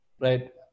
Right